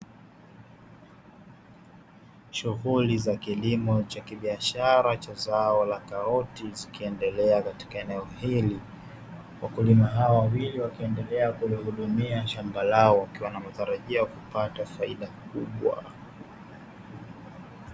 Shughuli za kilimo cha kibiashara cha zao la karoti zikiendelea katika eneo hili. Wakulima hawa wawili wakiendelea kulihudumia shamba lao wakiwa na matarajio ya kupata faida kubwa.